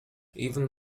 even